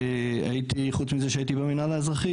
והייתי חוץ מזה שהייתי במנהל האזרחי,